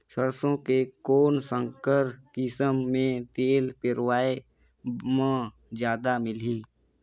सरसो के कौन संकर किसम मे तेल पेरावाय म जादा होही?